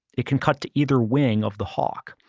it can cut to either wing of the hawk.